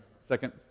Second